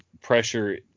pressure